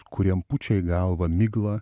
kuriem pučia į galvą miglą